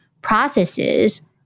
processes